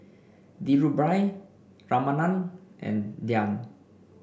Dhirubhai Ramanand and Dhyan